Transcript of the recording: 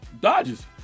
Dodgers